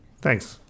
Thanks